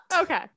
okay